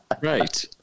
Right